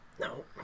No